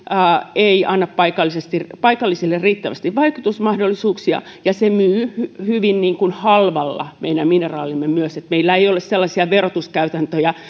ei anna paikallisille riittävästi vaikutusmahdollisuuksia ja se myös myy hyvin halvalla meidän mineraalimme meillä ei ole sellaisia verotuskäytäntöjä